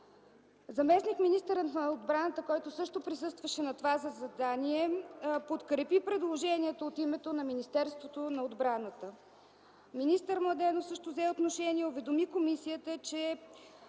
Заместник-министърът на отбраната, който също присъстваше на заседанието, подкрепи предложението от името на Министерството на отбраната. Министър Младенов също взе отношение и уведоми комисията, че